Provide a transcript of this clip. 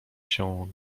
się